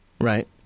Right